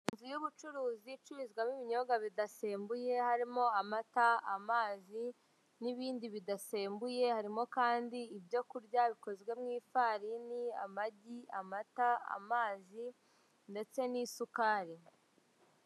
Inzu y'ubucuruzi icururizwamo ibinyobwa bidasembuye, harimo amata, amazi n'ibindi bidasembuye, harimo kandi ibyo kurya bikozwe mu ifarini amagi, amata, amazi ndetse n'isukari.